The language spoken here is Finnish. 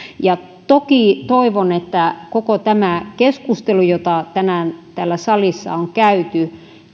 toki toivon että koko tämä keskustelu jota tänään täällä salissa on käyty